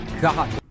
God